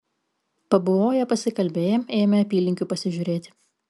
pabuvoję pasikalbėję ėjome apylinkių pasižiūrėti